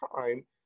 time